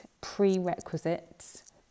prerequisites